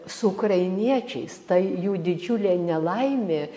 su ukrainiečiais ta jų didžiulė nelaimė